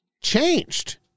changed